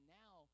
now